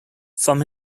from